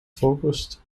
focused